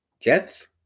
Jets